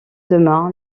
demain